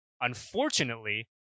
Unfortunately